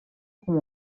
com